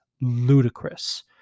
ludicrous